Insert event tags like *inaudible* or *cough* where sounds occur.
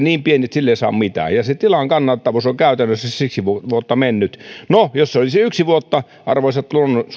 *unintelligible* niin pieni että sillä ei saa mitään tilan kannattavuus on käytännössä siltä vuodelta mennyt no jos se olisi yksi vuosi arvoisat